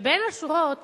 ובין השורות